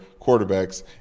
quarterbacks